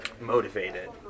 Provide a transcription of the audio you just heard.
motivated